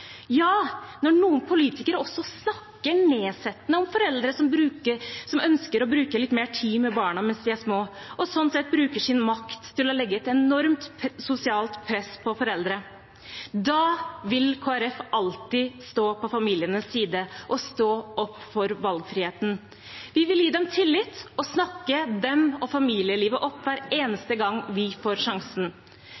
ja, når noen politikere også snakker nedsettende om foreldre som ønsker å bruke litt mer tid med barna mens de er små, og sånn sett bruker sin makt til å legge et enormt sosialt press på foreldre – da vil Kristelig Folkeparti alltid stå på familienes side og stå opp for valgfriheten. Vi vil gi dem tillit og snakke dem og familielivet opp hver